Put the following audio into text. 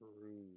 True